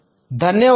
ధన్యవాదాలు